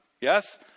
Yes